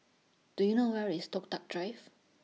Do YOU know Where IS Toh Tuck Drive